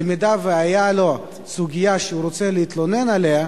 במידה שהיתה לו סוגיה שהוא רוצה להתלונן עליה,